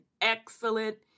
excellent